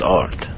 art